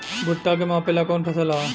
भूट्टा के मापे ला कवन फसल ह?